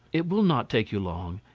it will not take you long,